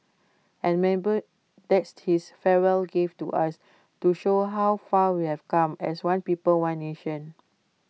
and that's his farewell gift to us to show how far we've come as one people as one nation